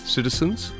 Citizens